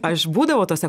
aš būdavau tose